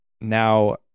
Now